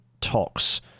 talks